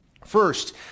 First